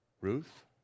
Ruth